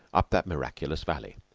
up that miraculous valley.